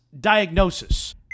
Diagnosis